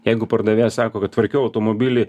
jeigu pardavėjas sako kad tvarkiau automobilį